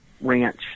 ranch